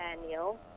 Daniel